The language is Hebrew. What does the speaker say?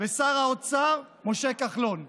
ושר האוצר משה כחלון.